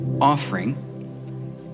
offering